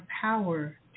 power